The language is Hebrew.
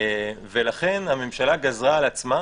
ולכן הממשלה גזרה על עצמה